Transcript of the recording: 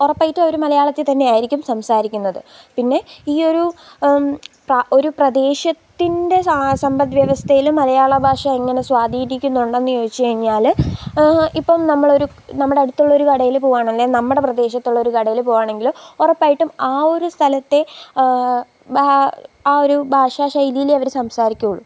ഉറപ്പായിട്ടും അവര് മലയാളത്തില് തന്നെയായിരിക്കും സംസാരിക്കുന്നത് പിന്നെ ഈയൊരു പ ഒരു പ്രദേശത്തിന്റെ സാ സമ്പദ്വ്യവസ്ഥയില് മലയാള ഭാഷ എങ്ങനെ സ്വാധീനിക്കുന്നുണ്ടെന്ന് ചോദിച്ചുകഴിഞ്ഞാല് ഇപ്പോള് നമ്മളൊരു നമ്മുടെ അടുത്തുള്ള ഒരു കടയില് പോവുകയാണ് അല്ലെ നമ്മുടെ പ്രദേശത്തുള്ള ഒരു കടയില് പോവുകയാണെങ്കില് ഉറപ്പായിട്ടും ആ ഒരു സ്ഥലത്തെ ബാ ആ ഒരു ഭാഷാ ശൈലിയിലേ അവര് സംസാരിക്കുവുള്ളു